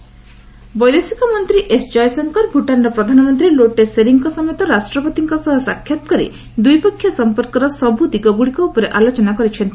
ଭୂଟାନ୍ କୟଶଙ୍କର ବୈଦେଶିକ ମନ୍ତ୍ରୀ ଏସ୍ ଜୟଶଙ୍କର ଭୁଟାନ୍ର ପ୍ରଧାନମନ୍ତ୍ରୀ ଲୋଟେ ସେରିଙ୍ଗ୍ଙ୍କ ସମେତ ରାଷ୍ଟ୍ରପତିଙ୍କ ସାକ୍ଷାତ୍ କରି ଦ୍ୱିପକ୍ଷୀୟ ସମ୍ପର୍କର ସବୁ ଦିଗଗୁଡ଼ିକ ଉପରେ ଆଲୋଚନା କରିଛନ୍ତି